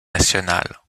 national